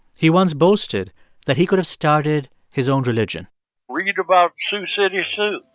he once boasted that he could have started his own religion read about sioux city sue,